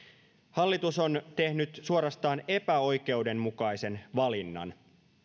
hallitus on tehnyt suorastaan epäoikeudenmukaisen valinnan